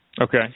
Okay